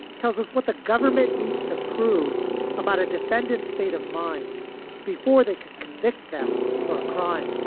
tells us what the government needs to prove about a defendant's state of mind before they can convict them for a crime